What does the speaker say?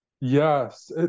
Yes